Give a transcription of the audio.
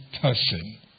person